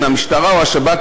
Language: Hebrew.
המשטרה או השב"כ,